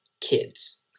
kids